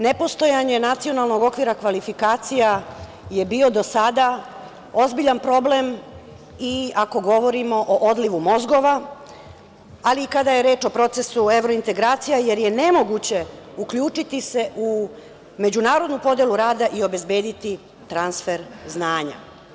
Nepostojanje Nacionalnog okvira kvalifikacija je bio do sada ozbiljan problem i ako govorimo o odlivu mozgova, ali i kada je reč o procesu evrointegracija, jer je nemoguće uključiti se u međunarodnu podelu rada i obezbediti transfer znanja.